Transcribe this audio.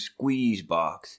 Squeezebox